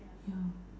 ya